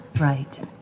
right